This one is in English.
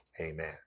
amen